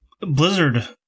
Blizzard